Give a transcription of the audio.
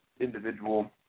individual